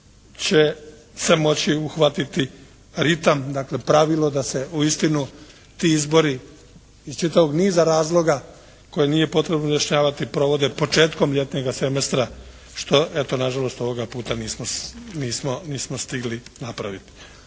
će se moći uhvatiti ritam dakle pravilo da se uistinu ti izbori iz čitavog niza razloga koje nije potrebno objašnjavati provode početkom ljetnog semestra što eto nažalost ovoga puta nismo stigli napraviti.